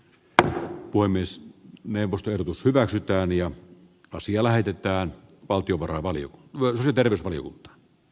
tämä voi myös neuvot ehdotus hyväksytään ja asia lähetetään valtiovarainvalio considers koivu oltu